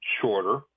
shorter